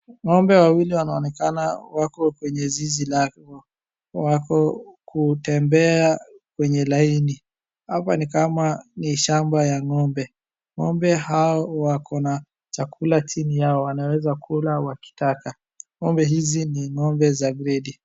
Ng'ombe wawili wanaonekana wako kwenye zizi lao. Wako kutembea kwenye laini. Hapa ni kama ni shamba ya ng'ombe. Ng'ombe hao wako na chakulachini yao wanaweza kula wakitaka. Ng'ombe hizi ni ng'ombe za gredi.